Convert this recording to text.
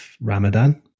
Ramadan